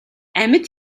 амьд